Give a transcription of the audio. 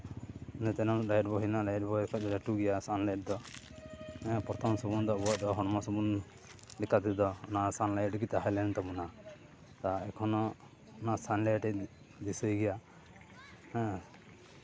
ᱤᱱᱟᱹ ᱛᱟᱭᱚᱢ ᱞᱟᱭᱤᱴᱵᱚᱭ ᱦᱮᱡ ᱱᱟ ᱞᱟᱭᱤᱴᱵᱚᱭ ᱠᱷᱚᱱ ᱞᱟᱹᱴᱩ ᱜᱮᱭᱟ ᱥᱟᱱᱞᱟᱭᱤᱴ ᱫᱚ ᱦᱮᱸ ᱯᱨᱚᱛᱷᱚᱢ ᱥᱟᱵᱚᱱ ᱫᱚ ᱟᱵᱚᱣᱟᱜ ᱫᱚ ᱦᱚᱲᱢᱚ ᱥᱟᱵᱚᱱ ᱞᱮᱠᱟ ᱛᱮᱫᱚ ᱚᱱᱟ ᱥᱟᱱᱞᱟᱭᱤᱴ ᱜᱮ ᱛᱟᱦᱮᱸ ᱠᱟᱱ ᱛᱟᱵᱳᱱᱟ ᱮᱠᱷᱚᱱᱳ ᱚᱱᱟ ᱥᱟᱱᱞᱟᱭᱤᱴ ᱤᱧ ᱫᱤᱥᱟᱹᱭ ᱜᱮᱭᱟ ᱦᱮᱸ